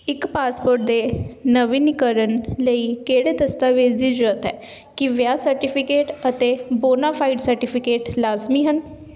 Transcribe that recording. ਇੱਕ ਪਾਸਪੋਰਟ ਦੇ ਨਵੀਨੀਕਰਨ ਲਈ ਕਿਹੜੇ ਦਸਤਾਵੇਜ਼ਾਂ ਦੀ ਜ਼ਰੂਰਤ ਹੈ ਕੀ ਵਿਆਹ ਸਰਟੀਫਿਕੇਟ ਅਤੇ ਬੋਨਾਫਾਈਡ ਸਰਟੀਫਿਕੇਟ ਲਾਜ਼ਮੀ ਹਨ